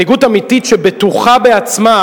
מנהיגות אמיתית שבטוחה בעצמה,